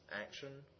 action